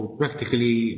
practically